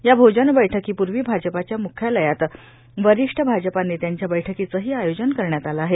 या भोजन बैठकीपूर्वी भाजपाच्या मुख्यालयात वरिष्ठ भाजपा नेत्यांच्या बैठकीचंही आयोजन करण्यात आलं आहे